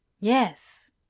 Yes